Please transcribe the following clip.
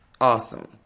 Awesome